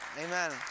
Amen